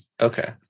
Okay